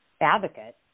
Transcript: advocate